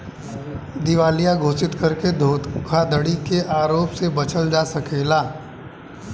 दिवालिया घोषित करके धोखाधड़ी के आरोप से बचल जा सकला